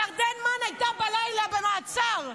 ירדן מן הייתה בלילה במעצר,